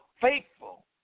faithful